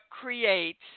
creates